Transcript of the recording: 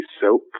Soap